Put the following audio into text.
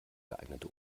geeignete